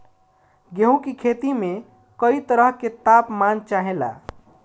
गेहू की खेती में कयी तरह के ताप मान चाहे ला